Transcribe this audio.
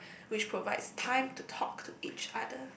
which provides time to talk to each other